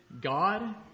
God